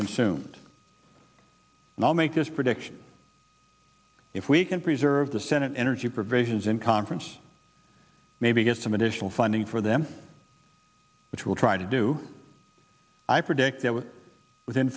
consumed and i'll make this prediction if we can preserve the senate energy provisions in conference maybe get some additional funding for them which will try to do